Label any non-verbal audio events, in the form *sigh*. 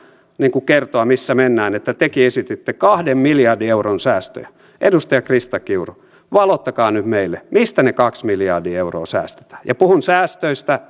kertoa missä mennään että tekin esititte kahden miljardin euron säästöjä edustaja krista kiuru valottakaa nyt meille mistä ne kaksi miljardia euroa säästetään ja puhun säästöistä *unintelligible*